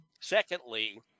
secondly –